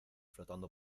flotando